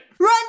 Run